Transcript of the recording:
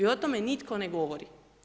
I o tome nitko ne govori.